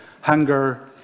hunger